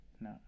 No